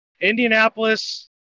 Indianapolis